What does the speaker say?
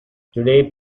today